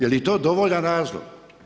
Je li to dovoljan razlog?